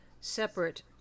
separate